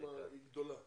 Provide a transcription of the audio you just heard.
שם היא גדולה.